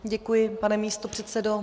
Děkuji, pane místopředsedo.